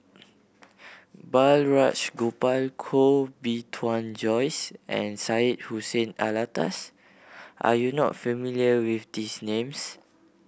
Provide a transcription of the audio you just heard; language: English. Balraj Gopal Koh Bee Tuan Joyce and Syed Hussein Alatas are you not familiar with these names